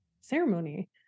ceremony